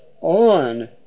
on